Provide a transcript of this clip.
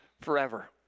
forever